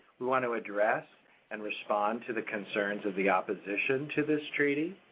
we want to address and respond to the concerns of the opposition to this treaty,